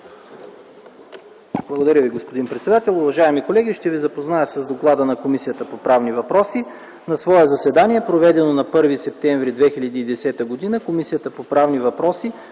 Благодаря Ви, господин председател. Уважаеми колеги, ще ви запозная с: „ДОКЛАД на Комисията по правни въпроси На свое заседание, проведено на 1 септември 2010 г.,